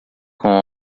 com